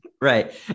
Right